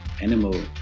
animal